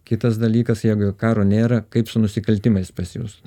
kitas dalykas jeigu jau karo nėra kaip su nusikaltimais pas jus